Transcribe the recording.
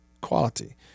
quality